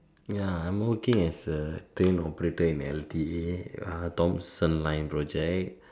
ya I'm okay as a train operator in L_T_A Thomson line project